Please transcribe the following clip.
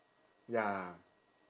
ya